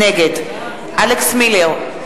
נגד אלכס מילר,